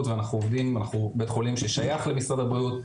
ואנחנו בית חולים ששייך למשרד הבריאות,